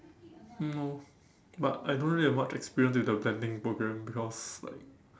no but I don't really have much experience with the blending programme because like